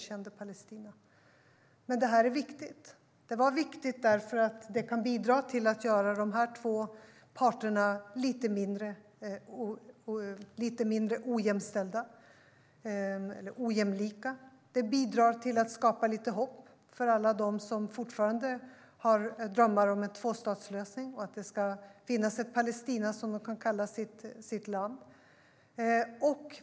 Det här är viktigt. Det är viktigt därför att det kan bidra till att göra de två parterna lite mindre ojämlika. Det bidrar till att skapa lite hopp för alla dem som fortfarande har drömmar om en tvåstatslösning och att det ska finnas ett Palestina som de kan kalla sitt land.